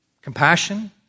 Compassion